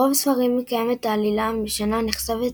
ברוב הספרים קיימת עלילת משנה, הנחשפת